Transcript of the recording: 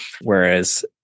whereas